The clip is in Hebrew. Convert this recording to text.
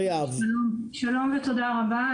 שלום ותודה רבה.